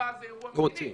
ומכרז זה אירוע מדיני.